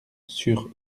sur